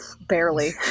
Barely